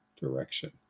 direction